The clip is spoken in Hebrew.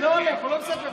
זה לא הולך, הוא לא מספר טוב.